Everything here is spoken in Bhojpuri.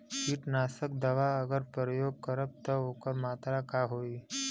कीटनाशक दवा अगर प्रयोग करब त ओकर मात्रा का होई?